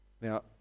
Now